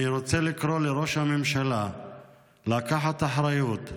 אני רוצה לקרוא לראש הממשלה לקחת אחריות,